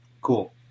cool